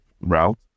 route